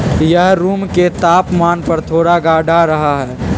यह रूम के तापमान पर थोड़ा गाढ़ा रहा हई